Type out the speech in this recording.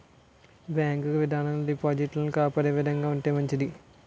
bank విధానాలు డిపాజిటర్లను కాపాడే విధంగా ఉంటే మంచిది